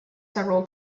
several